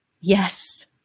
Yes